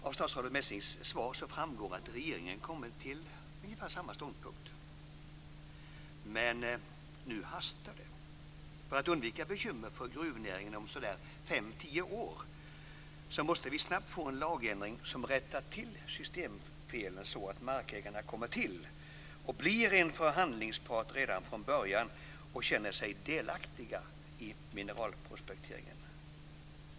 Av statsrådet Messings svar framgår att regeringen kommit till ungefär samma ståndpunkt. Men nu hastar det. För att undvika bekymmer för gruvnäringen om fem-tio år måste vi snabbt få en lagändring som rättar till systemfelen så att markägarna kommer till och blir en förhandlingspart redan från början och känner sig delaktiga i mineralprospekteringen.